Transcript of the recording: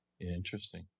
Interesting